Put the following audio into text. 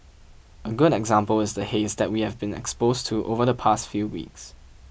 a good example is the haze that we have been exposed to over the past few weeks